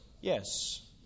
yes